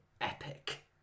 epic